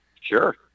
Sure